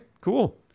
cool